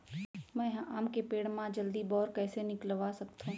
मैं ह आम के पेड़ मा जलदी बौर कइसे निकलवा सकथो?